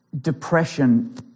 depression